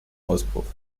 auspuff